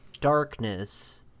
Darkness